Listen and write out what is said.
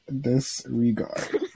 disregard